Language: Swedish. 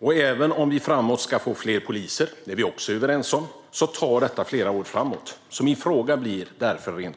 Att vi ska få fler poliser är vi också överens om, men det tar flera år. Min konkreta fråga blir därför: